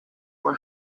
were